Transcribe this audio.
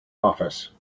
office